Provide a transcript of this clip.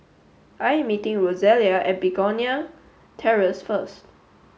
I am meeting Rosalia at Begonia Terrace first